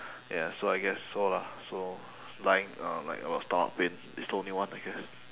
ya so I guess so lah so lying uh like about stomach pain is the only one I guess